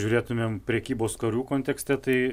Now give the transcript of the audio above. žiūrėtumėm prekybos karų kontekste tai